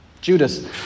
Judas